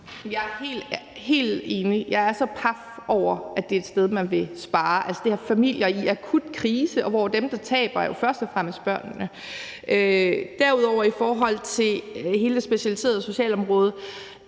helt, helt enig. Jeg er så paf over, at det er et sted, man vil spare. Det er familier i akut krise, og dem, der taber, er først og fremmest børnene. Derudover vil jeg sige i forhold til hele det specialiserede socialområde,